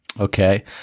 okay